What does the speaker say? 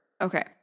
Okay